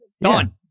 Done